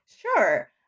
Sure